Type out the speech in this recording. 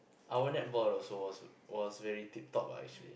our netball was was was very tip top actually